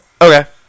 Okay